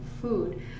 food